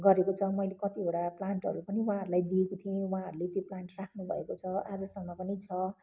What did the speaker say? गरेको छ मैले कतिवटा प्लान्टहरू पनि उहाँहरूलाई दिएकी थिएँ उहाँहरूले त्यो प्लान्ट राख्नुभएको छ आजसम्म पनि छ